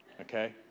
okay